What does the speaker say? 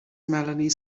melanie